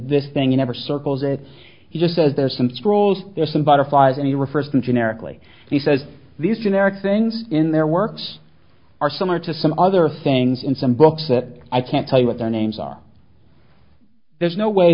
this thing you never circles it he just says there's some scrolls there's some butterflies and he refers to generically he says these generic things in their works are similar to some other things in some books that i can't tell you what their names are there's no way